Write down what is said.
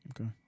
Okay